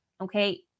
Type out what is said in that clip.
Okay